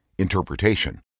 Interpretation